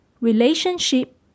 relationship